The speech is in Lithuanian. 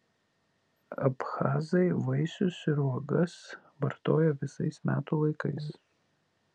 abchazai vaisius ir uogas vartoja visais metų laikais